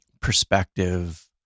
perspective